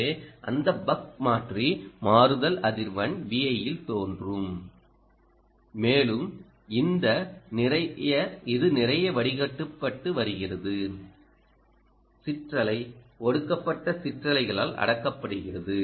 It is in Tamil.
எனவே அந்த பக் மாற்றி மாறுதல் அதிர்வெண் Vi இல் தோன்றும் மேலும் இது நிறைய வடிகட்டப்பட்டு வருகிறது சிற்றலை ஒடுக்கப்பட்ட சிற்றலைகளால் அடக்கப்படுகிறது